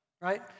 right